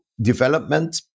development